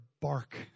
bark